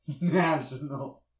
National